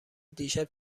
دیشب